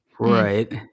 Right